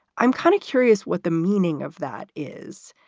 i'm kind of curious what the meaning of that is.